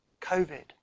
COVID